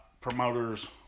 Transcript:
promoters